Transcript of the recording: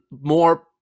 more